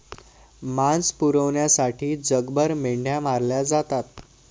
मांस पुरवठ्यासाठी जगभर मेंढ्या मारल्या जातात